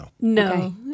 No